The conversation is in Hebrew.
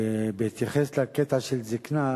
בהתייחס לקטע של זיקנה,